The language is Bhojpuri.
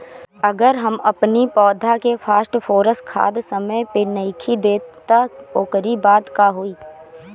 अगर हम अपनी पौधा के फास्फोरस खाद समय पे नइखी देत तअ ओकरी बाद का होई